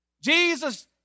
Jesus